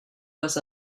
was